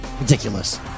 Ridiculous